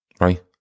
Right